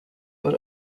but